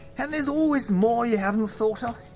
and there's always more you haven't thought of,